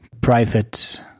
private